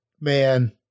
man